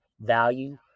value